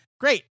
Great